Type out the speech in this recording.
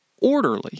orderly